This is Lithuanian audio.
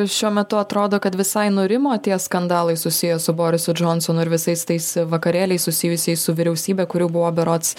šiuo metu atrodo kad visai nurimo tie skandalai susiję su borisu džonsonu ir visais tais vakarėliais susijusiais su vyriausybe kurių buvo berods